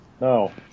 No